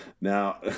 Now